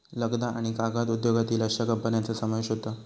लगदा आणि कागद उद्योगातील अश्या कंपन्यांचा समावेश होता